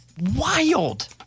wild